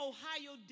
Ohio